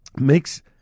Makes